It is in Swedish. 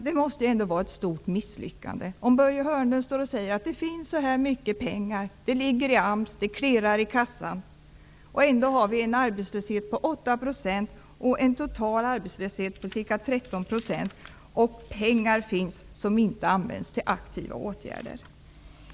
Det måste ändå vara ett stort misslyckande när Börje Hörnlund säger att det finns så mycket pengar i AMS -- det klirrar i kassan -- samtidigt som vi har en arbetslöshet på 8 % och en total arbetslöshet på ca 13 % och pengar finns som inte används för aktiva åtgärder.